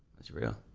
that's real.